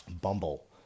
Bumble